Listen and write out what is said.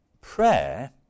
prayer